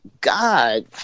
God